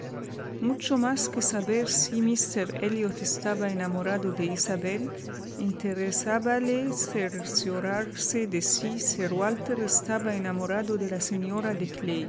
mucho más que saber si míster elliot estaba enamorado de isabel interesábale cerciorarse de si sir walter estaba enamorado de la señora